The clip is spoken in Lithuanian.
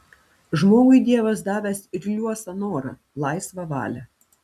žmogui dievas davęs ir liuosą norą laisvą valią